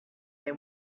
they